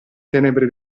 tenebre